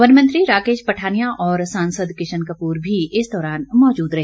वनमंत्री राकेश पठानिया और सांसद किशन कपूर भी इस दौरान मौजूद रहे